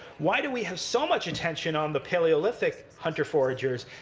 why do we have so much attention on the paleolithic hunter-foragers,